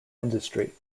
industry